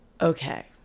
Okay